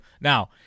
Now